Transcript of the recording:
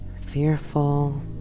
fearful